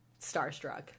starstruck